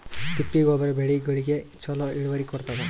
ತಿಪ್ಪಿ ಗೊಬ್ಬರ ಬೆಳಿಗೋಳಿಗಿ ಚಲೋ ಇಳುವರಿ ಕೊಡತಾದ?